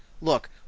Look